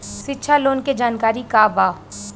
शिक्षा लोन के जानकारी का बा?